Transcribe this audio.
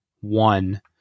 one